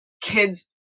kids